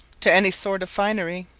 to any sort of finery,